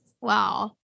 Wow